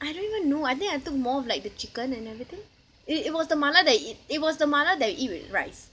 I don't even know I think I took more of like the chicken and everything it it was the mala that it it was the mala that you eat with rice